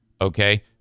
Okay